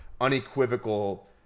unequivocal